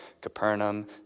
Capernaum